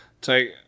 Take